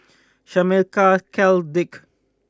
Shameka Cal Dirk